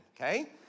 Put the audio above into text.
Okay